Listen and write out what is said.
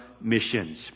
missions